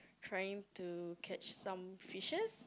trying to catch some fishes